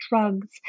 drugs